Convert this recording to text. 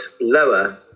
lower